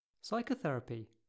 Psychotherapy